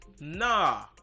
nah